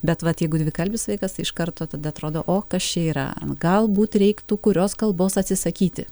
bet vat jeigu dvikalbis vaikas tai iš karto tada atrodo o kas čia yra galbūt reiktų kurios kalbos atsisakyti